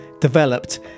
developed